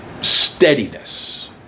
steadiness